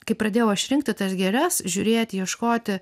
kai pradėjau aš rinkti tas gėles žiūrėti ieškoti